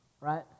right